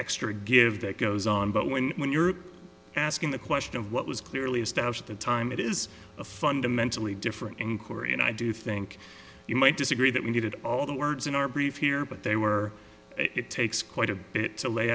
extra give that goes on but when when you're asking the question of what was clearly established the time it is a fundamentally different in korea and i do think you might disagree that we needed all the words in our brief here but they were it takes quite a bit to lay